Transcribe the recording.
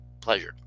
pleasure